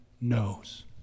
knows